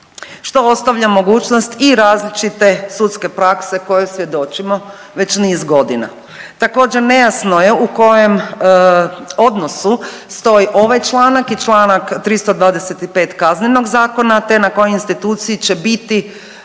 što ostavlja mogućnost i različite sudske prakse koje svjedočimo već niz godina. Također, nejasno je u kojem odnosu stoji ovaj članak i čl. 325 Kaznenog zakona te na kojoj instituciji će biti